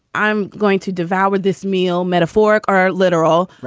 i'm going to devour this meal, metaphoric or literal.